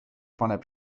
paneb